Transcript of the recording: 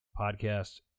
podcast